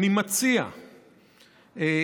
אני מציע להכריז,